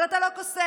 אבל אתה לא קוסם,